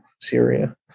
Syria